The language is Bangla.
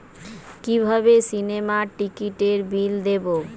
কিভাবে সিনেমার টিকিটের বিল দেবো?